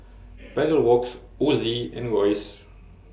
Pedal Works Ozi and Royce